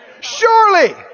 Surely